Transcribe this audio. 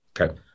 Okay